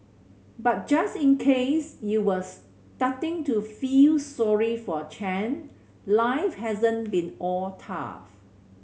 but just in case you were starting to feel sorry for Chen life hasn't been all tough